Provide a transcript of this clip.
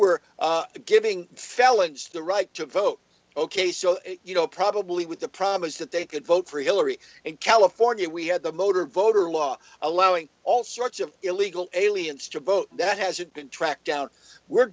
were giving felons the right to vote ok so you know probably with the promise that they could vote for hillary in california we had the motor voter law allowing all sorts of illegal aliens to vote that hasn't been tracked down we're